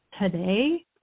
today